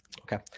Okay